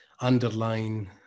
underline